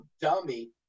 dummy